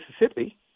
Mississippi